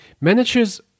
Managers